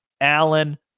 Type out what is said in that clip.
Allen